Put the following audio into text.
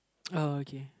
uh okay